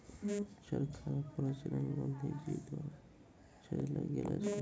चरखा रो प्रचलन गाँधी जी द्वारा चलैलो गेलो छै